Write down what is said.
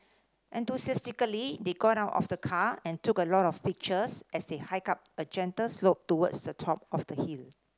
enthusiastically they got out of the car and took a lot of pictures as they hiked up a gentle slope towards the top of the hill